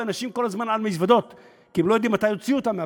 ואנשים כל הזמן על מזוודות כי הם לא יודעים מתי יוציאו אותם מהבית,